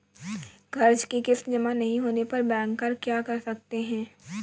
कर्ज कि किश्त जमा नहीं होने पर बैंकर क्या कर सकते हैं?